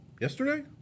yesterday